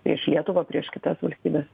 prieš lietuvą prieš kitas valstybes